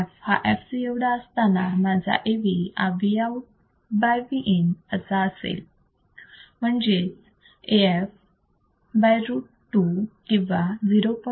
f हा fc एवढा असताना माझा AV हा Vout by Vin असा असेल म्हणजे AF by root 2 किंवा 0